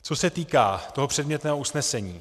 Co se týká toho předmětného usnesení.